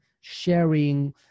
sharing